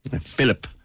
Philip